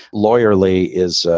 lawyer lee is,